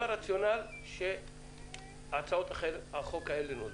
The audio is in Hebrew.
זה הרציונל של הצעות החוק האלה.